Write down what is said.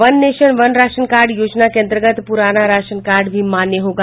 one nation one ration card योजना के अन्तर्गत पुराना राशन कार्ड भी मान्य होगा